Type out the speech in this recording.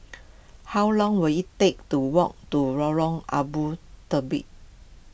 how long will it take to walk to Lorong Abu Talib